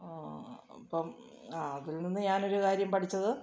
ഇപ്പം അതിൽ നിന്ന് ഞാനൊരു കാര്യം പഠിച്ചത്